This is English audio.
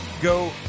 go